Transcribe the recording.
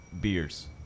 beers